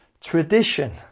Tradition